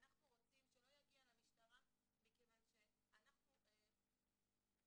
אנחנו רוצים שלא יגיע למשטרה מכיוון שאנחנו מצדדים